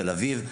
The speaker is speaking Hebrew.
תל אביב,